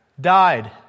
died